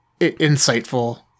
insightful